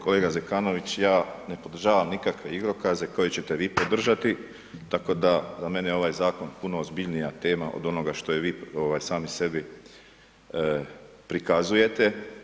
Kolega Zekanović, ja ne podržavam nikakve igrokaze koje ćete vi podržati, tako da za mene je ovaj Zakon puno ozbiljnija tema od onoga što je vi, ovaj, sami sebi prikazujete.